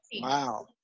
Wow